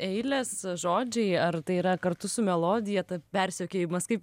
eilės žodžiai ar tai yra kartu su melodija tai persekiojimas kaip